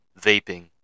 vaping